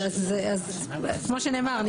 אז כמו שנאמר,